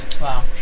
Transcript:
Wow